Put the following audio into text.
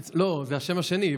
לא, זה השם השני.